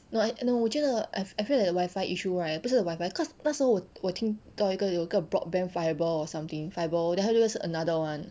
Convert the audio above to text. no I no 我觉得 I I feel that wifi issue right 不是 wifi cause 那时候我我听到一个有一个 broadband fibre or something fibre then 它就是 another one